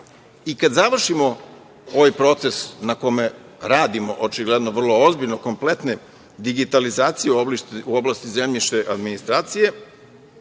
završimo ovaj proces na kome radimo, očigledno vrlo ozbiljno, kompletne digitalizacije u oblasti zemljišne administracije,